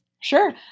Sure